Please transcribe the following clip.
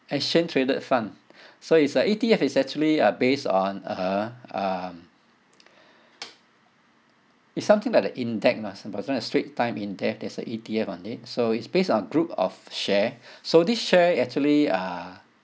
exchange traded fund so it's like E_T_F is actually uh based on a um it's something that are index lah straits times index there's a E_T_F on it so it's based on group of share so this share actually uh